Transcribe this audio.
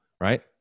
right